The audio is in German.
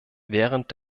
während